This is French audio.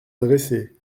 dressée